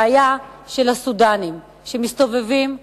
בעיה של הסודנים שמסתובבים בעיר,